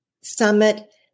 summit